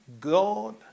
God